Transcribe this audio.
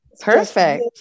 Perfect